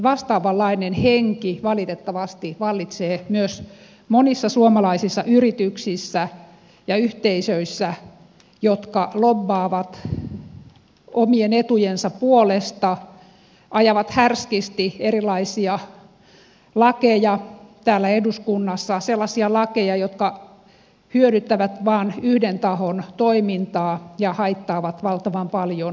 vastaavanlainen henki valitettavasti vallitsee myös monissa suomalaisissa yrityksissä ja yhteisöissä jotka lobbaavat omien etujensa puolesta ajavat täällä eduskunnassa härskisti erilaisia lakeja sellaisia lakeja jotka hyödyttävät vain yhden tahon toimintaa ja haittaavat valtavan paljon yhteiskuntaa muuten